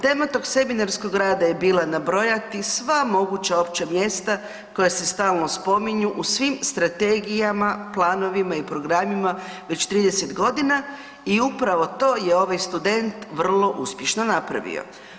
Tema tog seminarskog rada je bila nabrojati sva moguća opća mjesta koja se stalno spominju u svim strategijama, planovima i programima već 30.g. i upravo to je ovaj student vrlo uspješno napravio.